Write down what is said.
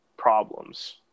Problems